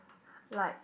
like